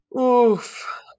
Oof